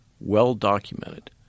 well-documented